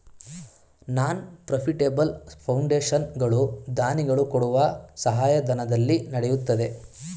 ನಾನ್ profitable foundation ಗಳು ದಾನಿಗಳು ಕೊಡುವ ಸಹಾಯಧನದಲ್ಲಿ ನಡೆಯುತ್ತದೆ